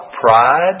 pride